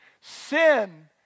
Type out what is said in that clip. Sin